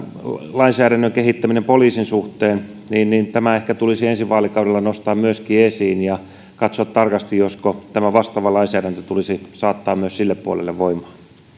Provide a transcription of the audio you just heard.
lainsäädännön kehittäminen poliisin suhteen ehkä tulisi ensi vaalikaudella nostaa myöskin esiin ja katsoa tarkasti josko tämä vastaava lainsäädäntö tulisi saattaa myös sille puolelle voimaan